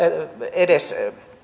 edes